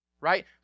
right